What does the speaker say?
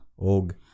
Og